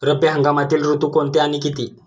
रब्बी हंगामातील ऋतू कोणते आणि किती?